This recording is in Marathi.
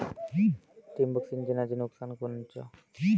ठिबक सिंचनचं नुकसान कोनचं?